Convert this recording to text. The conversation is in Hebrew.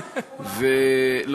בודד במהות.